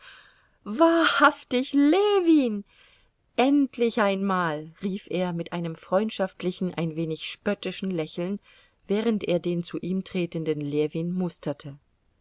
wahrhaftig ljewin endlich einmal rief er mit einem freundschaftlichen ein wenig spöttischen lächeln während er den zu ihm tretenden ljewin musterte